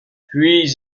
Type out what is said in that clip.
puis